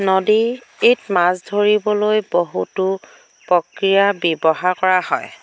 নদীত ইত মাছ ধৰিবলৈ বহুতো প্ৰক্ৰিয়া ব্যৱহাৰ কৰা হয়